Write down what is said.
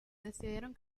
decidieron